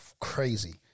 crazy